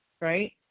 Right